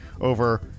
over